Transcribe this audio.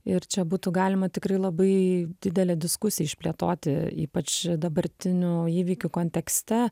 ir čia būtų galima tikrai labai didelę diskusiją išplėtoti ypač dabartinių įvykių kontekste